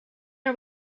are